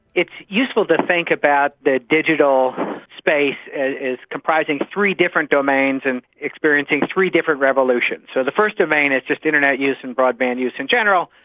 it's useful to think about the digital space as comprising three different domains and experiencing three different revolutions. so the first domain is just internet use and broadband use in general.